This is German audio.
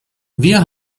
wir